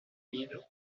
miedo